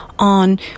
on